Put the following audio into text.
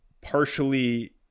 partially